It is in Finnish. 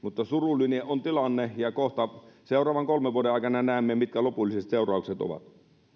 surullinen on tilanne ja seuraavan kolmen vuoden aikana näemme mitkä lopulliset seuraukset ovat